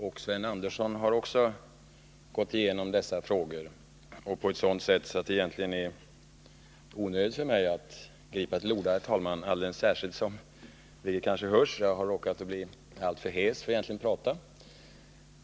Och Sven Andersson har gått igenom dessa frågor på ett sådant sätt att det egentligen är onödigt för mig att ta till orda, alldeles särskilt som jag har råkat bli alltför hes för att egentligen prata.